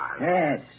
Yes